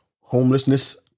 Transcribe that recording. Homelessness